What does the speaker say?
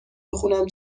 بخونم